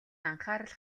анхаарал